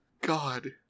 God